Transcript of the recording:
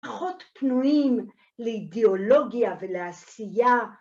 פחות פנויים לאידיאולוגיה ולעשייה.